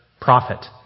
prophet